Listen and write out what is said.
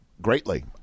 Greatly